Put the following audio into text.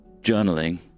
journaling